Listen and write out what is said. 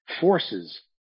forces